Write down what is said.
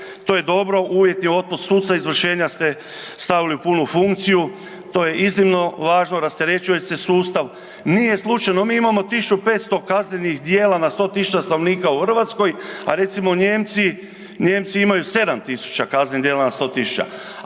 to je dobro, uvjetni otpust suca, izvršenja ste stavili u punu funkciju, to je iznimno važno, rasterećuje se sustav. Nije slučajno, mi imamo 1500 kaznenih djela na 100 tisuća stanovnika u Hrvatskoj, a recimo, Nijemci, Nijemci imaju 7 tisuća kaznenih djela na 100